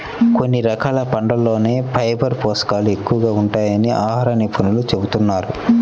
కొన్ని రకాల పండ్లల్లోనే ఫైబర్ పోషకాలు ఎక్కువగా ఉంటాయని ఆహార నిపుణులు చెబుతున్నారు